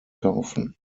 kaufen